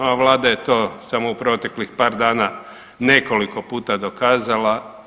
Ova Vlada je to samo u proteklih par dana nekoliko puta dokazala.